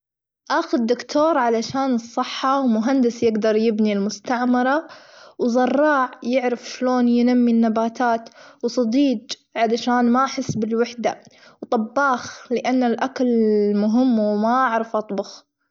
أخذ دكتور علشان الصحة، ومهندس يجدر يبني المستعمرة، وزراع يعرف إيش لون ينمي النباتات، وصديج علشان ما احس بالوحدة، وطباخ لأنه الأكل مهم وما أعرف أطبخ.